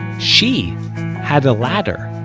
she had a ladder.